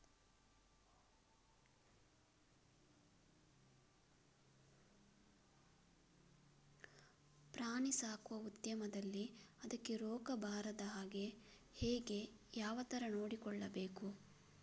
ಪ್ರಾಣಿ ಸಾಕುವ ಉದ್ಯಮದಲ್ಲಿ ಅದಕ್ಕೆ ರೋಗ ಬಾರದ ಹಾಗೆ ಹೇಗೆ ಯಾವ ತರ ನೋಡಿಕೊಳ್ಳಬೇಕು?